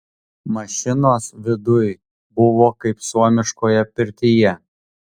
mašinos viduj buvo kaip suomiškoje pirtyje